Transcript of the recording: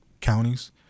counties